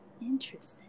Interesting